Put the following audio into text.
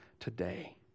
today